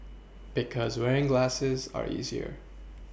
because wearing glasses are easier